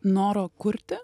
noro kurti